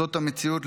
זאת המציאות,